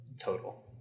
total